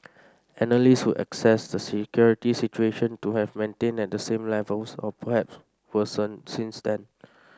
analyst would assess the security situation to have maintained at the same levels or perhaps worsened since then